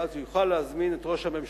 ואז הוא יוכל להזמין את ראש הממשלה,